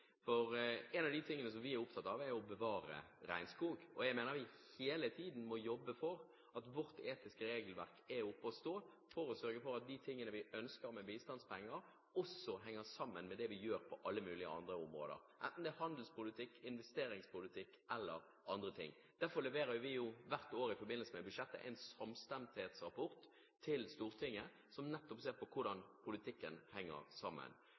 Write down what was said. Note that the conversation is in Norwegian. En av de tingene som vi er opptatt av, er å bevare regnskog, og jeg mener at vi hele tiden må jobbe for at vårt etiske regelverk er oppe og står for å sørge for at det vi ønsker med bistandspenger, også henger sammen med det vi gjør på alle mulige andre områder, enten det gjelder handelspolitikk, investeringspolitikk eller andre ting. Derfor leverer vi hvert år i forbindelse med budsjettet en samstemthetsrapport til Stortinget, som ser på hvordan politikken henger sammen.